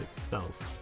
spells